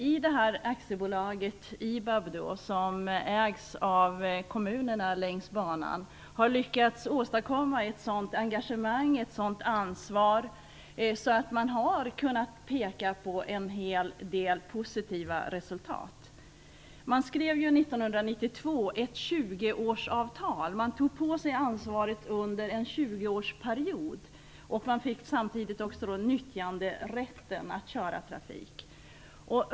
I Inlandsbanan AB, som ägs av kommunerna längs banan, har man lyckats åstadkomma ett sådant engagemang och ansvar att man har kunnat peka på en hel del positiva resultat. Man skrev 1992 ett 20-årsavtal. Man tog på sig ansvaret under en 20-årsperiod och fick samtidigt nyttjanderätten.